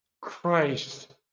Christ